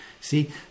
see